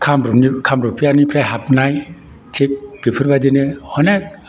कामरुपनि कामरुपियाननिफ्राय हाबनाय थिग बेफोरबायदिनो अनेख